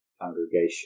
congregation